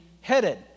headed